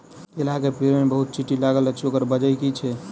केला केँ पेड़ मे बहुत चींटी लागल अछि, ओकर बजय की छै?